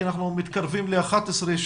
כי אנחנו מתקרבים לשעה 11:00,